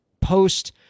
post